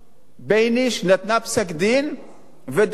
בייניש נתנה פסק-דין ודחפה